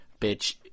bitch